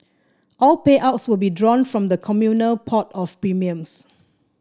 all payouts will be drawn from the communal pot of premiums